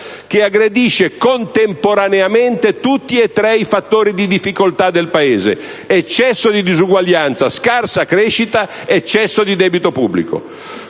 che aggredisce contemporaneamente tutti e tre i fattori di difficoltà del Paese: eccesso di disuguaglianza, scarsa crescita, eccesso di debito pubblico.